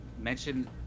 mention